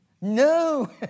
No